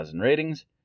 ratings